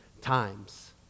times